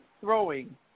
throwing